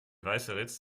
weißeritz